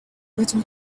little